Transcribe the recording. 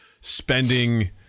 spending